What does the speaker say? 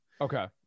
Okay